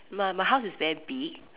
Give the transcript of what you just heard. my my house is very big